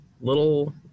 little